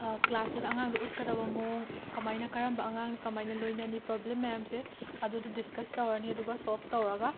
ꯀ꯭ꯂꯥꯁꯇꯨꯗ ꯑꯉꯥꯡꯗ ꯎꯠꯀꯗꯕ ꯃꯑꯣꯡ ꯀꯃꯥꯏꯅ ꯀꯔꯝꯕ ꯑꯉꯥꯡꯅ ꯀꯃꯥꯏꯅ ꯂꯣꯏꯅꯅꯤ ꯄ꯭ꯔꯣꯕ꯭ꯂꯦꯝ ꯃꯌꯥꯝꯁꯦ ꯑꯗꯨꯗꯣ ꯗꯤꯁꯀꯁ ꯇꯧꯔꯅꯤ ꯑꯗꯨꯒ ꯁꯣꯜꯐ ꯇꯧꯔꯒ